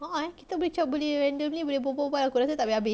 a'ah eh kita macam boleh randomly berbual-berbual aku rasa tak habis-habis